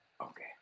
okay